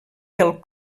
del